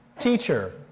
Teacher